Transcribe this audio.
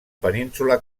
península